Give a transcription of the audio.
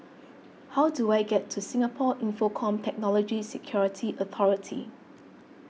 how do I get to Singapore Infocomm Technology Security Authority